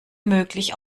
möglich